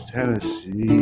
Tennessee